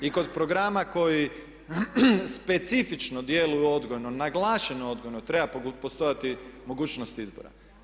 I kod programa koji specifično djeluju odgojno, naglašeno odgojno treba postojati mogućnost izbora.